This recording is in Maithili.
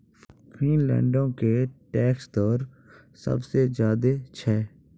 फिनलैंडो के टैक्स दर सभ से ज्यादे छै